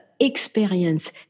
experience